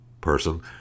person